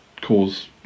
cause